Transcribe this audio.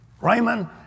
Raymond